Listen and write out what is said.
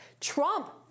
trump